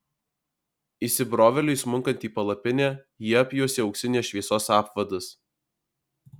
įsibrovėliui smunkant į palapinę jį apjuosė auksinės šviesos apvadas